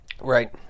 Right